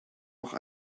auch